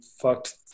fucked